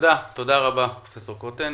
תודה רבה, פרופ' קוטן.